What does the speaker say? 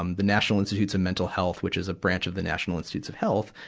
um the national institutes of mental health, which is a branch of the national institutes of health.